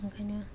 नंखायनो